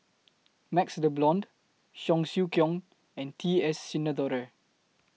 MaxLe Blond Cheong Siew Keong and T S Sinnathuray